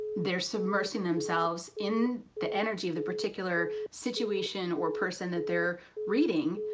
they're submersing themselves in the energy of the particular situation or person that they're reading,